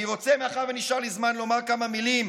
מאחר שנשאר לי זמן, אני רוצה לומר כמה מילים